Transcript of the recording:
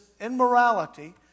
immorality